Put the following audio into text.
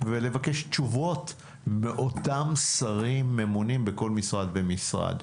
ולבקש תשובות מאותם שרים ממונים בכל משרד ומשרד.